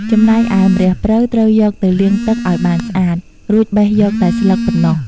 ចំណែកឯ ម្រះព្រៅត្រូវយកទៅលាងទឹកឲ្យបានស្អាត រួចបេះយកតែស្លឹកប៉ុណ្ណោះ។